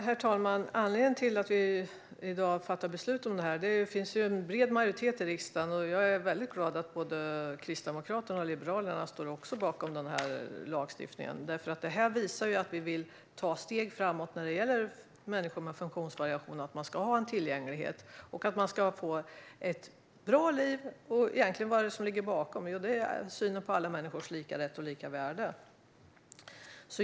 Herr talman! Anledningen till att vi i dag fattar beslut om det här är att det finns en bred majoritet i riksdagen. Jag är glad att både Kristdemokraterna och Liberalerna också står bakom den här lagstiftningen. Det här visar ju att vi vill ta steg framåt när det gäller att människor med funktionsvariationer ska ha tillgänglighet och ett bra liv. Vad är det egentligen som ligger bakom? Jo, det är synen på alla människors lika rätt och lika värde.